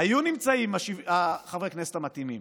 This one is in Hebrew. היו נמצאים חברי הכנסת המתאימים,